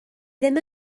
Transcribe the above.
ddim